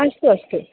अस्तु अस्तु